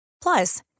Plus